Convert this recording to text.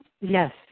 Yes